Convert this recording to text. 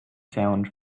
sound